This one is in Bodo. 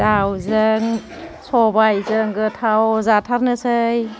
दाउजों सबायजों गोथाव जाथारनोसै